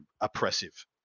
oppressive